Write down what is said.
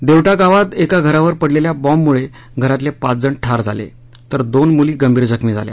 देवटा गावात एका घरावर पडलेल्या बॉम्बमुळे घरातले पाच जण ठार झाले तर दोन मुली गंभीर जखमी झाल्या